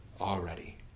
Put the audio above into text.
already